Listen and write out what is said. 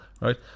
right